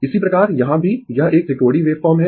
इसी प्रकार यहाँ भी यह एक त्रिकोणीय वेव फॉर्म है